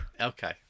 okay